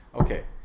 Okay